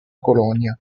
colonia